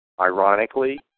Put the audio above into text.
ironically